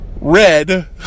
red